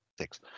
six